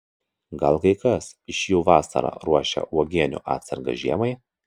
gal kai kas iš jų vasarą ruošia uogienių atsargas žiemai